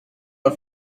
are